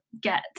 get